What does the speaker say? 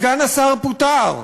סגן השר פוטר,